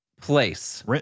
place